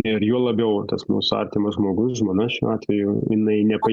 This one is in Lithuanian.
ir juo labiau tas mūsų artimas žmogus žmona šiuo atveju jinai nepajėgi yra inicijuoti tos romantikos